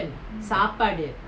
சாப்பாடு:sappadu